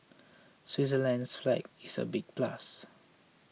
Switzerland's flag is a big plus